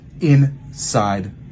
inside